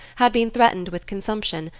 had been threatened with consumption,